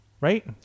right